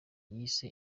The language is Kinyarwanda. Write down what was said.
yise